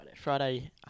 Friday